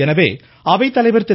எனவே அவைத்தலைவர் திரு